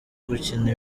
gukina